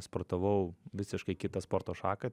sportavau visiškai kitą sporto šaką